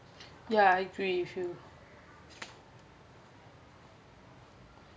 yeah I agree with you